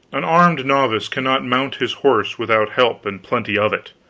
an armed novice cannot mount his horse without help and plenty of it.